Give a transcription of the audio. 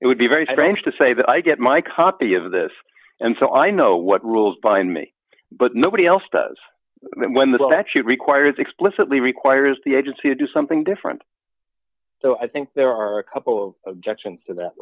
it would be very strange to say that i get my copy of this and so i know what rules bind me but nobody else does when that actually requires explicitly requires the agency to do something different so i think there are a couple of objections to that